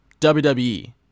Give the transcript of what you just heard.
WWE